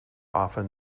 often